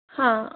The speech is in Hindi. हाँ